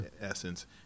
essence